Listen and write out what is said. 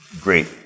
Great